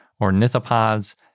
ornithopods